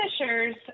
finishers